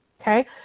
Okay